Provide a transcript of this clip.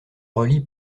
relient